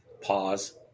Pause